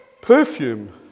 Perfume